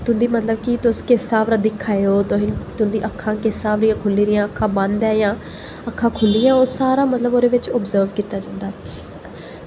तुं'दी मतलब कि तुस किस स्हाब दा दिक्खा दे ओ तुं'दी अक्खां किस स्हाब दि'यां खु'ल्ली दियां अक्खां बंद ऐ जां अक्खां खु'ल्ली दि'यां ओह् सारा मतलब ओह्दे बिच अब्ज़र्व कीता जंदा